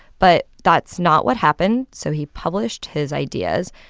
but that's not what happened. so he published his ideas,